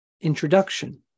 Introduction